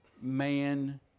man